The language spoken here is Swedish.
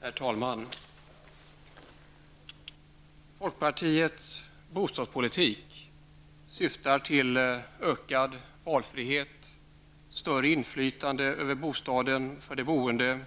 Herr talman! Folkpartiet liberalernas bostadspolitik syftar till ökad valfrihet och större inflytande över bostaden för de boende.